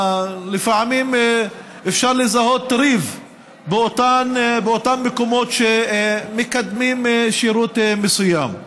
לפעמים אפשר לזהות ריב באותם מקומות שמקדמים שירות מסוים.